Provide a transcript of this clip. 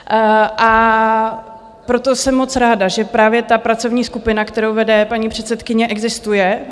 A proto jsem moc ráda, že právě ta pracovní skupina, kterou vede paní předsedkyně, existuje.